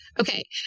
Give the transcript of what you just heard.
okay